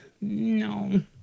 no